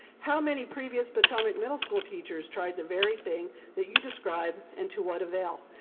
how many previous potomac middle school teachers tried the very thing that you describe and to what avail?